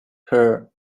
her